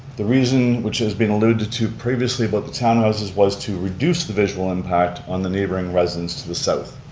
the reason, which has been eluded to to previously about the townhouses, was to reduce the visual impact on the neighboring residents to the south,